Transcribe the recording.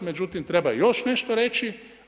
Međutim, treba još nešto reći.